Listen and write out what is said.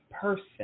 person